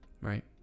right